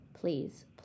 Please